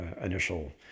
initial